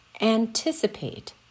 anticipate